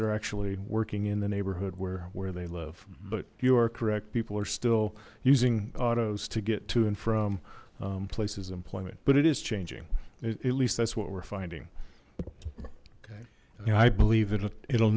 they're actually working in the neighborhood where where they live but you are correct people are still using autos to get to and from places employment but it is changing at least that's what we're finding okay i believe it it'll